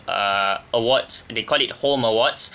err awards they call it home awards